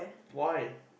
why